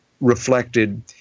reflected